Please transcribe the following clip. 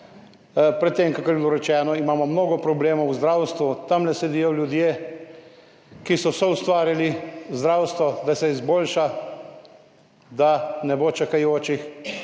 Pred tem, kakor je bilo rečeno, imamo mnogo problemov v zdravstvu. Tam sedijo ljudje, ki so soustvarili zdravstvo, da se izboljša, da ne bo čakajočih.